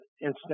instant